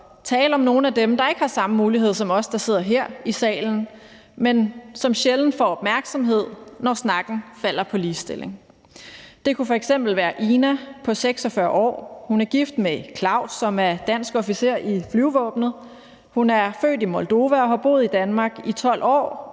tale om nogle af dem, der ikke har samme mulighed som os, der sidder her i salen, men som sjældent får opmærksomhed, når snakken falder på ligestilling. Det kunne f.eks. være Ina på 46 år. Hun er gift med Claus, som er dansk officer i flyvevåbnet, hun er født i Moldova og har boet i Danmark i 12 år,